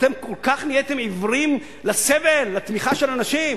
אתם כל כך נהייתם עיוורים לסבל, לתמיכה של אנשים?